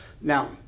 now